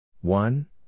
one